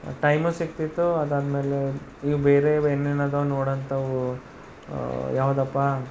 time ಸಿಗ್ತಿತ್ತು ಅದಾದ್ಮೇಲೆ ಈ ಬೇರೇವು ಇನ್ನೇನಿದವೆ ನೋಡೋಂಥವು ಯಾವುದಪ್ಪ